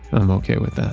i'm okay with that.